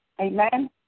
Amen